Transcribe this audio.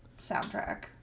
soundtrack